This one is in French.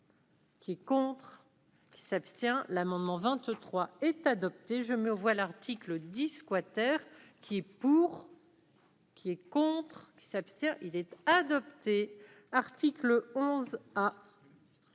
Qui compte qui s'abstient l'amendement 23 est adopté, je me voix l'article 10 quater, qui est pour. Qui est contre. S'abstient, il est adopté, article 11.